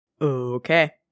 Okay